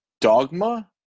Dogma